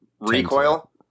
recoil